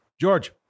George